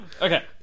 Okay